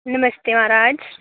नमस्ते म्हाराज